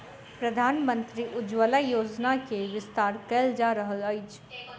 प्रधानमंत्री उज्ज्वला योजना के विस्तार कयल जा रहल अछि